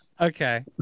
Okay